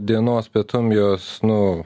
dienos pietum jos nu